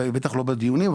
בטח לא בדיונים,